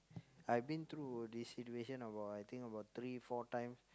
I been through this situation about I think about three four times